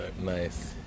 Nice